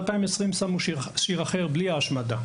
בשנת 2020 הוציאו את הספר הזה בלי נושא ההשמדה.